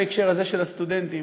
בהקשר הזה של הסטודנטים,